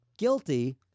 Guilty